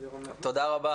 תודה רבה